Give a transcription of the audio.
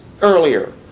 earlier